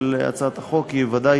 של הצעת החוק היא ודאי